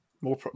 more